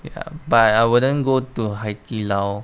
ya but I wouldn't go to 海底捞